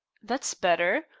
that's better.